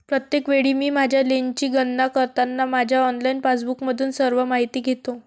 प्रत्येक वेळी मी माझ्या लेनची गणना करताना माझ्या ऑनलाइन पासबुकमधून सर्व माहिती घेतो